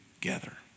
together